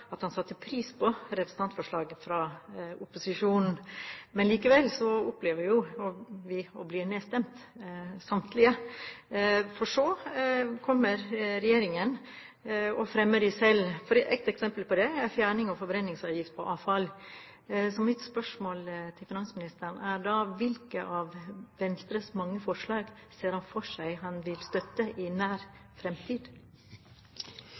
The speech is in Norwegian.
at han satte pris på representantforslag fra opposisjonen. Men likevel opplever vi å bli nedstemt – samtlige – og så kommer regjeringen og fremmer dem selv. Ett eksempel på det er fjerning av forbrenningsavgift på avfall. Så mitt spørsmål til finansministeren er: Hvilke av Venstres mange forslag ser han for seg at han vil støtte i